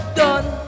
done